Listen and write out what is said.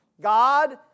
God